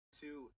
two